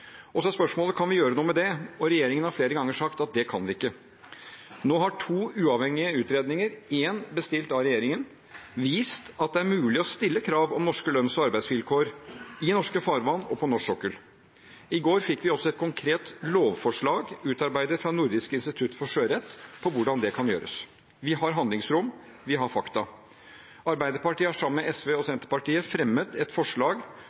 Så er spørsmålet: Kan vi gjøre noe med det? Regjeringen har flere ganger sagt at det kan vi ikke. Nå har to uavhengige utredninger – én av dem er bestilt av regjeringen – vist at det er mulig å stille krav om norske lønns- og arbeidsvilkår i norske farvann og på norsk sokkel. I går fikk vi også et konkret lovforslag, utarbeidet av Nordisk institutt for sjørett, om hvordan det kan gjøres. Vi har handlingsrom, vi har fakta. Arbeiderpartiet har sammen med SV og Senterpartiet fremmet et forslag